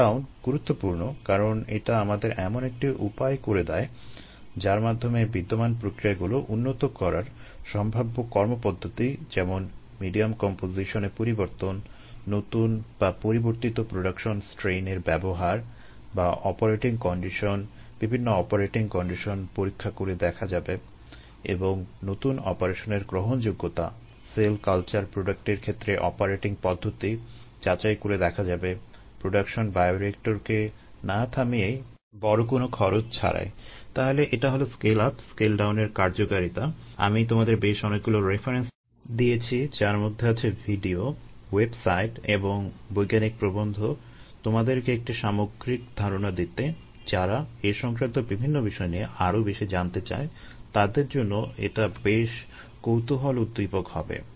scale down গুরুত্বপূর্ণ কারণ এটা আমাদের এমন একটি উপায় করে দেয় যার মাধ্যমে বিদ্যমান প্রক্রিয়াগুলো উন্নত করার সম্ভাব্য কর্মপদ্ধতি যেমন মিডিয়াম কম্পোজিশনে পরিবর্তন নতুন বা পরিবর্তিত প্রোডাকশন স্ট্রেইন দিয়েছি যার মধ্যে আছে ভিডিও ওয়েবসাইট এবং বৈজ্ঞানিক প্রবন্ধ তোমাদেরকে একটি সামগ্রিক ধারণা দিতে যারা এ সংক্রান্ত বিভিন্ন বিষয় নিয়ে আরো বেশি জানতে চায় তাদের জন্য এটা বেশ কৌতুহলোদ্দীপক হবে